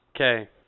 Okay